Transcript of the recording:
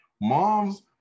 Moms